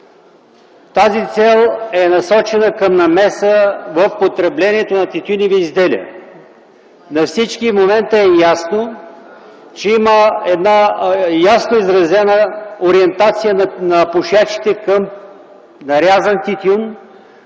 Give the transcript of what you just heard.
Тази цел е насочена към намеса в потреблението на тютюневи изделия. На всички в момента е ясно, че има изразена ориентация на пушачите към нарязан тютюн,